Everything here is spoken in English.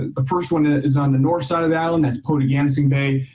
the first one is on the north side of the island, that's potagannissing bay.